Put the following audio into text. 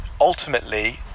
ultimately